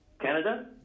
Canada